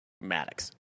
Maddox